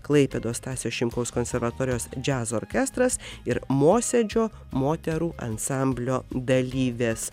klaipėdos stasio šimkaus konservatorijos džiazo orkestras ir mosėdžio moterų ansamblio dalyvės